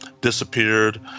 disappeared